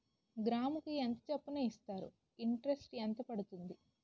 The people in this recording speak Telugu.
గ్రాముకి ఎంత చప్పున ఇస్తారు? ఇంటరెస్ట్ ఎంత పడుతుంది?